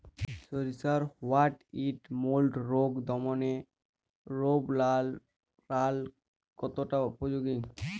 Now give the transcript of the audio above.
সরিষার white mould রোগ দমনে রোভরাল কতটা উপযোগী?